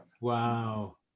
Wow